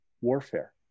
warfare